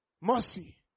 Mercy